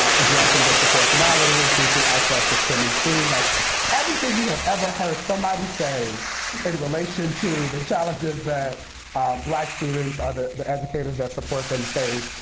ah addressing disproportionality, increasing access to stem and steam. like everything you have ever heard somebody say in relation to the challenges that black students or the the educators that support them face,